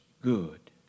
good